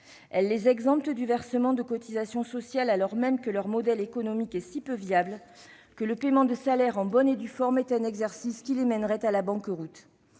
ces organisations du versement de cotisations sociales, alors même que leur modèle économique est si peu viable que le paiement de salaires en bonne et due forme les mènerait à la banqueroute